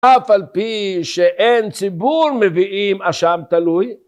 אף על פי שאין ציבור מביאים אשם תלוי